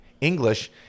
English